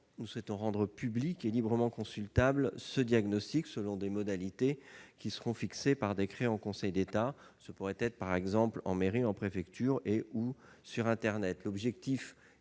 Nous souhaitons rendre public et librement consultable ce diagnostic, selon des modalités fixées par décret en Conseil d'État. Ce pourrait être consultable en mairie, en préfecture et/ou sur internet. L'objectif est bien évidemment de garantir